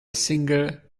single